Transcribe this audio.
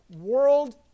world